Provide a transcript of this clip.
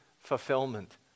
fulfillment